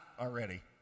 already